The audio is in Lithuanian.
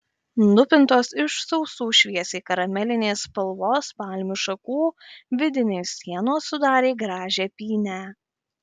nupintos iš sausų šviesiai karamelinės spalvos palmių šakų vidinės sienos sudarė gražią pynę